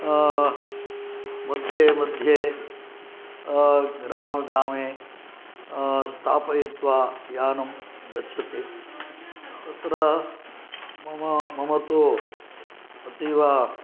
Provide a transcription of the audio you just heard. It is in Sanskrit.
मध्ये मध्ये ग्रामे ग्रामे स्थापयित्वा यानं गच्छति तत्र मम मम तु अतीव